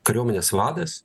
kariuomenės vadas